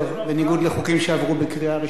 בניגוד לחוקים שעברו בקריאה ראשונה,